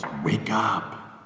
wake up!